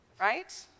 right